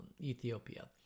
Ethiopia